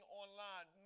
online